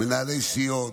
למנהלי סיעות,